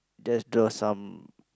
just draw some